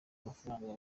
mafaranga